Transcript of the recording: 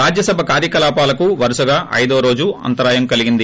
రాజ్యసభ కార్యకలాపాలకు వరుసగా ఐదో రోజు అంతరాయం కలిగింది